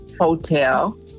Hotel